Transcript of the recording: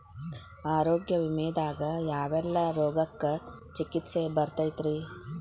ಆರೋಗ್ಯ ವಿಮೆದಾಗ ಯಾವೆಲ್ಲ ರೋಗಕ್ಕ ಚಿಕಿತ್ಸಿ ಬರ್ತೈತ್ರಿ?